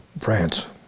France